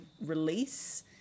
release